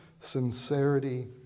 sincerity